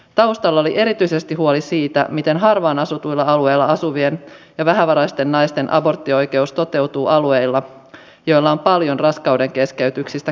taustalla oli erityisesti huoli siitä miten harvaan asutuilla alueilla asuvien ja vähävaraisten naisten aborttioikeus toteutuu alueilla joilla on paljon raskauden keskeytyksistä kieltäytyviä ammattihenkilöitä